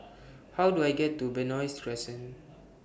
How Do I get to Benoi Crescent